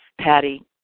patty